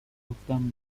گفتم